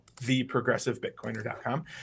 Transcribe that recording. Theprogressivebitcoiner.com